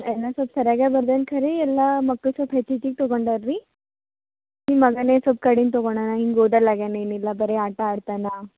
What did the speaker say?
ಎಲ್ಲ ಸ್ವಲ್ಪ ಸರಿಯಾಗೇ ಬರ್ದಾನೆ ಖರೀ ಎಲ್ಲ ಮಕ್ಳು ಸೊಲ್ಪ ಹೆಚ್ಚೆಚ್ಚಿಗೆ ತಗೊಂಡಾರೆ ರೀ ನಿಮ್ಮ ಮಗನೇ ಸೊಲ್ಪ ಕಡಿಮೆ ತಗೊಂಡಾನೆ ಹಿಂಗೆ ಓದಲ್ಲ ಆಗಿಯಾನ ಏನಿಲ್ಲ ಬರಿ ಆಟ ಆಡ್ತಾನಾ